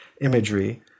imagery